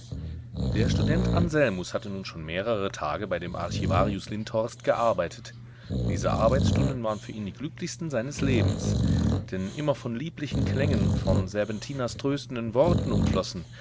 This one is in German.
der student anselmus hatte nun schon mehrere tage bei dem archivarius lindhorst gearbeitet diese arbeitsstunden waren für ihn die glücklichsten seines lebens denn immer von lieblichen klängen von serpentinas tröstenden worten umflossen